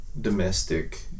domestic